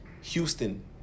Houston